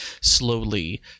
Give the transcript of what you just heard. slowly